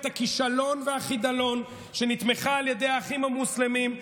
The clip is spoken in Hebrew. הכישלון והחידלון שנתמכה על ידי האחים המוסלמים,